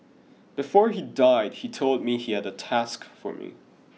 before he died he told me he had a task for me